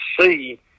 see